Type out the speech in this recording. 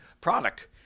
product